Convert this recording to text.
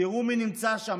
תראו מי נמצא שם,